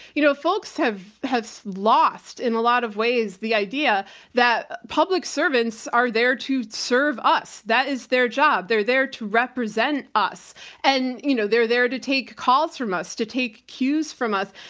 you know folks have have lost, in a lot of ways the idea that public servants are there to serve us. that is their job. they're there to represent us and you know they're there to take calls from us, to take cues from us.